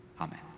Amen